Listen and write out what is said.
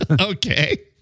Okay